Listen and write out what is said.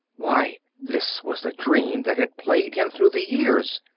why, this was the dream that had plagued him through the years.